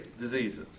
diseases